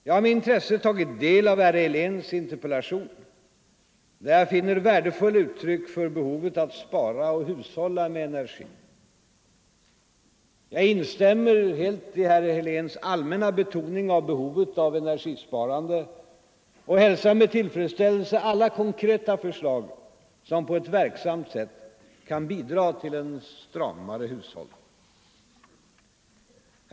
Jag har med intresse tagit del av herr Heléns interpellation, där jag finner värdefulla uttryck för behovet att spara och hushålla med energi. Jag instämmer helt i herr Heléns allmänna betoning av behovet av energisparande och hälsar med tillfredsställelse alla konkreta förslag som på ett verksamt sätt kan bidra till en stramare hushållning.